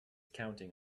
counting